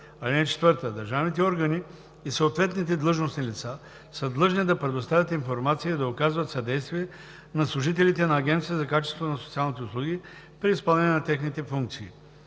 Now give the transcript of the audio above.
(4) Държавните органи и съответните длъжностни лица са длъжни да предоставят информация и да оказват съдействие на служителите на Агенцията за качеството на социалните услуги при изпълнение на техните функции.“